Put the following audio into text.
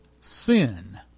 sin